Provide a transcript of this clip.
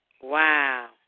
Wow